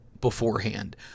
beforehand